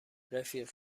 رفیق